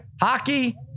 Hockey